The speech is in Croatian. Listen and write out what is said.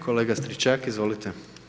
Kolega Stričak, izvolite.